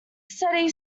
steady